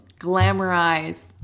glamorize